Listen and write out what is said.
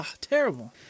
terrible